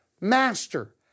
Master